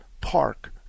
park